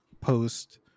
post